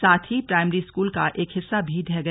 साथ ही primary school का एक हिस्सा भी ढह गया